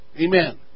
Amen